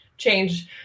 Change